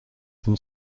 than